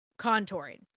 contouring